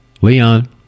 leon